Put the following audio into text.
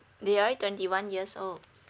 they are twenty one years old